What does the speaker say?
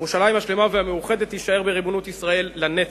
ירושלים השלמה והמאוחדת תישאר בריבונות ישראל לנצח.